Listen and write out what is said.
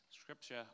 scripture